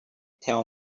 tell